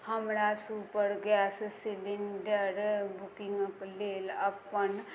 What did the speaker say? हमरा super gas cylinder बुकिंगक लेल अपन